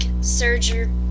surgery